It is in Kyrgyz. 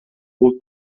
бул